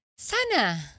Sana